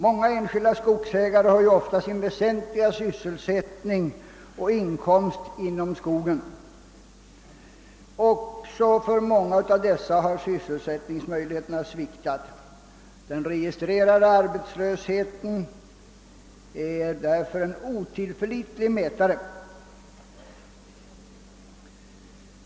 Många enskilda skogsägare har ofta sin väsentliga sysselsättning och inkomst inom skogen. Också för många av dessa har sysselsättningsmöjligheterna sviktat. Den registrerade arbetslösheten är därför en otillförlitlig mätare.